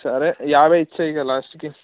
సరే యాభై ఇచ్చేయి ఇక లాస్ట్కి